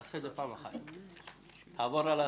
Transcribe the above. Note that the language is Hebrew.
ההסכמות,